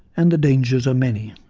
and the dangers are many.